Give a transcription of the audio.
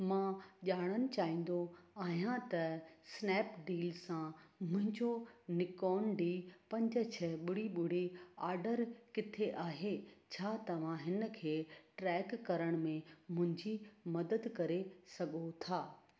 मां ॼाणण चाहिंदो आहियां त स्नैपडील सां मुंहिंजो निकोन डी पंज छह ॿुड़ी ॿुड़ी ऑडर किथे आहे छा तव्हां हिन खे ट्रैक करण में मुंहिंजी मदद करे सघो था